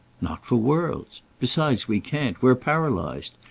not for worlds. besides we can't. we're paralysed.